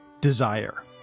desire